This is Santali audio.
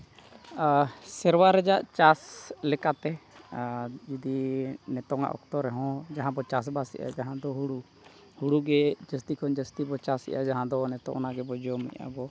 ᱥᱮᱨᱣᱟ ᱨᱮᱭᱟᱜ ᱪᱟᱥ ᱞᱮᱠᱟᱛᱮ ᱡᱩᱫᱤ ᱱᱤᱛᱚᱜᱼᱟ ᱚᱠᱛᱚ ᱨᱮᱦᱚᱸ ᱡᱟᱦᱟᱸ ᱵᱚᱱ ᱪᱟᱥᱵᱟᱥᱮᱜᱼᱟ ᱡᱟᱦᱟᱸ ᱫᱚ ᱦᱩᱲᱩ ᱦᱩᱲᱩ ᱜᱮ ᱡᱟᱹᱥᱛᱤ ᱠᱷᱚᱱ ᱡᱟᱹᱥᱛᱤ ᱵᱚᱱ ᱪᱟᱥᱮᱜᱼᱟ ᱡᱟᱦᱟᱸ ᱫᱚ ᱱᱤᱛᱚᱜ ᱚᱱᱟ ᱜᱮᱵᱚ ᱡᱚᱢᱮᱜᱼᱟ ᱟᱵᱚ